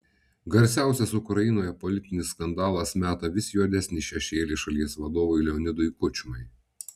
garsiausias ukrainoje politinis skandalas meta vis juodesnį šešėlį šalies vadovui leonidui kučmai